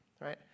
right